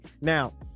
Now